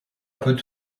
peu